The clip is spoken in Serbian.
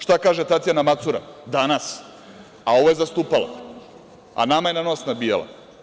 Šta kaže Tatjana Macura danas, a ovo je zastupala, a nama je na nos nabijala?